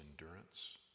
endurance